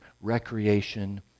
recreation